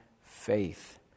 faith